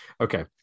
Okay